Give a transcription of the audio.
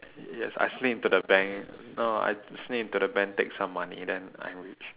yes I sneak into the bank no I sneak into the bank take some money then I'm rich